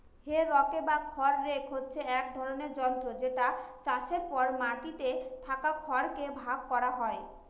হে rake বা খড় rake হচ্ছে এক ধরনের যন্ত্র যেটা চাষের পর মাটিতে থাকা খড় কে ভাগ করা হয়